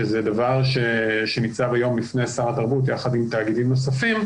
שזה דבר שניצב היום בפני שר התרבות יחד עם תאגידים נוספים,